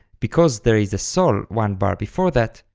because there is a sol one bar before that,